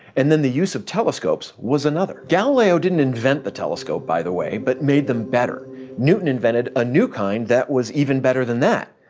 and then the use of telescopes was another. galileo didn't invent the telescope, by the way, but made them better newton invented a new kind that was even better than that,